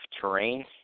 terrain